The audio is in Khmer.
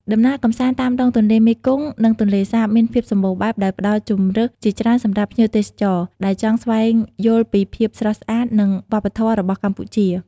ដំណើរកម្សាន្តតាមដងទន្លេមេគង្គ និងទន្លេសាប មានភាពសម្បូរបែប ដោយផ្តល់ជម្រើសជាច្រើនសម្រាប់ភ្ញៀវទេសចរ ដែលចង់ស្វែងយល់ពីភាពស្រស់ស្អាត និងវប្បធម៌របស់កម្ពុជា។